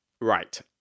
Right